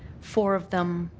four of them